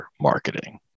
marketing